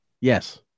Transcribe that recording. Yes